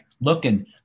looking